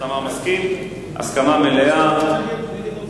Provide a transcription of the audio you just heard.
הסכמה מלאה.